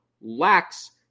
lacks